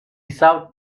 south